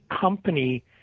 company